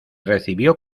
recibió